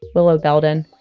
willow belden,